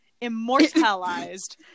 Immortalized